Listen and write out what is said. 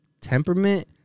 temperament